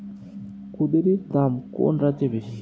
কুঁদরীর দাম কোন রাজ্যে বেশি?